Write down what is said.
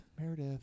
Meredith